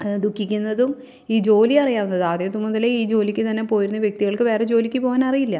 ദുഃഖിക്കുന്നതും ഈ ജോലി അറിയാവുന്നത് ആദ്യം ഇത് മുതലേ ഈ ജോലിക്ക് തന്നെ പോരുന്ന വ്യക്തികൾക്ക് വേറെ ജോലിക്ക് പോവാൻ അറിയില്ല